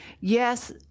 yes